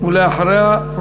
אחריה,